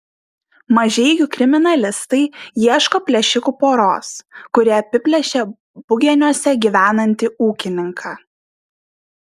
mažeikių kriminalistai ieško plėšikų poros kuri apiplėšė bugeniuose gyvenantį ūkininką